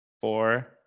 four